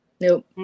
Nope